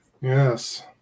Yes